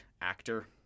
actor